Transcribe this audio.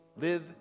live